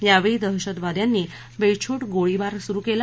यावेळी दहशतवाद्यांनी बेछूट गोळीबार सुरु केला